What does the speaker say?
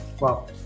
Wow